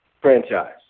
franchise